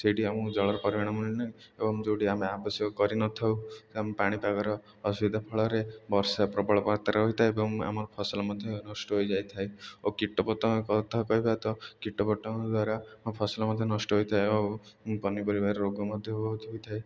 ସେଇଠି ଆମକୁ ଜଳର ପରିମାଣ ମିଳେ ନାହିଁ ଏବଂ ଯେଉଁଠି ଆମେ ଆବଶ୍ୟକ କରିନଥାଉ ଆମ ପାଣିପାଗର ଅସୁବିଧା ଫଳରେ ବର୍ଷା ପ୍ରବଳ ହୋଇଥାଏ ଏବଂ ଆମ ଫସଲ ମଧ୍ୟ ନଷ୍ଟ ହୋଇଯାଇଥାଏ ଓ କୀଟପତଙ୍ଗ କଥା କହିବା ତ କୀଟପତଙ୍ଗ ଦ୍ୱାରା ଆମ ଫସଲ ମଧ୍ୟ ନଷ୍ଟ ହୋଇଥାଏ ଓ ପନିପରିବାର ରୋଗ ମଧ୍ୟ ବହୁତ ହୋଇଥାଏ